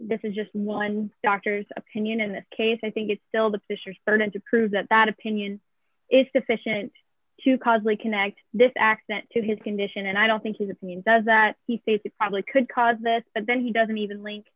this is just one doctor's opinion in this case i think it's still the phishers burden to prove that that opinion is sufficient to cause we connect this accent to his condition and i don't think his opinion does that he thinks it probably could cause this but then he doesn't even link